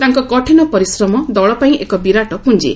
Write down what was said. ତାଙ୍କ କଠିନ ପରିଶ୍ରମ ଦଳ ପାଇଁ ଏକ ବିରାଟ ପୁଞ୍ଜି